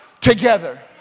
together